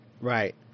right